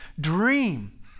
dream